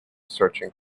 searching